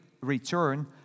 return